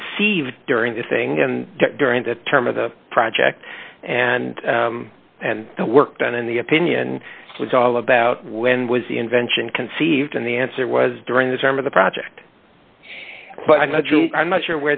conceived during the thing and during the term of the project and and the work done in the opinion was all about when was the invention conceived and the answer was during the term of the project but i'm a jew i'm not sure